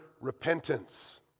repentance